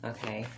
Okay